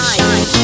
Shine